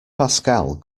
pascal